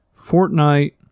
Fortnite